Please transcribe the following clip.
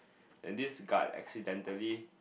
and this guard accidentally